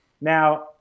Now